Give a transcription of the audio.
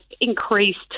increased